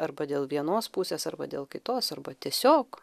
arba dėl vienos pusės arba dėl kitos arba tiesiog